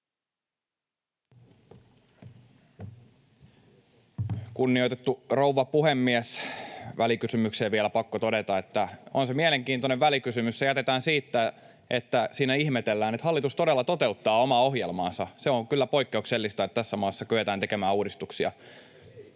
Kunnioitettu rouva puhemies! Välikysymykseen on vielä pakko todeta, että on se mielenkiintoinen välikysymys: se jätetään siitä, että siinä ihmetellään, että hallitus todella toteuttaa omaa ohjelmaansa. Se on kyllä poikkeuksellista, että tässä maassa kyetään tekemään uudistuksia.